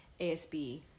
ASB